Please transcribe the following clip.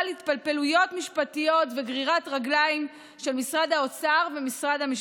התפלפלויות משפטיות וגרירת רגליים של משרד האוצר ומשרד המשפטים,